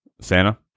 Santa